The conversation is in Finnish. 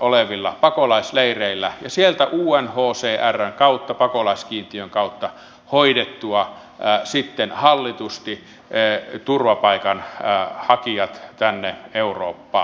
olevilta pakolaisleireiltä ja sieltä unhcrn kautta pakolaiskiintiön kautta hoidettua sitten hallitusti turvapaikanhakijat tänne eurooppaan